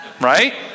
Right